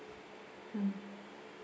mm